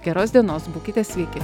geros dienos būkite sveiki